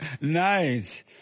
Nice